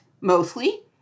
mostly